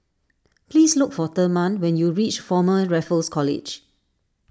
please look for therman when you reach Former Raffles College